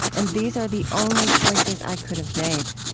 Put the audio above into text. and these are the only choices i could have made.